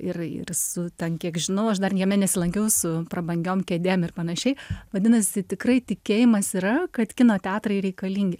ir ir su ten kiek žinau aš dar jame nesilankiau su prabangiom kėdėm ir panašiai vadinasi tikrai tikėjimas yra kad kino teatrai reikalingi